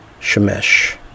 Shemesh